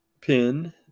pin